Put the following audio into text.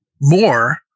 more